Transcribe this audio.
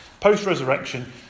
Post-resurrection